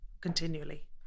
continually